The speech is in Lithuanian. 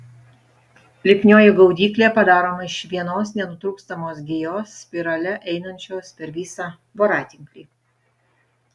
lipnioji gaudyklė padaroma iš vienos nenutrūkstamos gijos spirale einančios per visą voratinklį